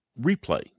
Replay